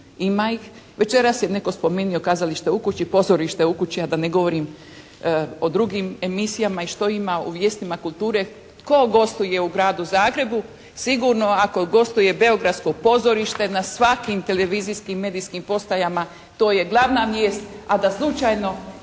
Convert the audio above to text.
Ima ih. Večeras je netko spominjao «Kazalište u kući», «Pozorište u kući» a da ne govorim o drugim emisijama i što ima u «Vijestima kulture»? Tko gostuje u gradu Zagrebu? Sigurno ako gostuje beogradsko pozorište na svakim televizijskim medijskim postajama to je glavna vijest. A da slučajno